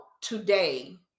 today